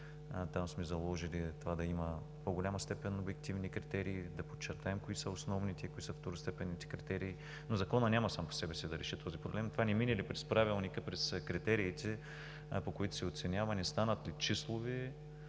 Там сме заложили да има по-голяма степен на обективни критерии, да подчертаем кои са основните, кои са второстепенните критерии, но законът няма сам по себе си да реши този проблем. Не мине ли през Правилника, през критериите, по които се оценява, не станат ли числови,